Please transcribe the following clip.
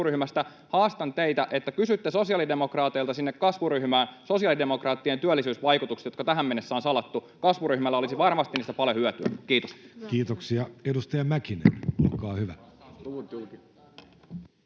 haastan teitä, että kysytte sosiaalidemokraateilta sinne kasvuryhmään sosiaalidemokraattien työllisyysvaikutukset, jotka tähän mennessä on salattu. Kasvuryhmällä olisi varmasti niistä paljon hyötyä. — Kiitos. [Speech 191] Speaker: